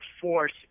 force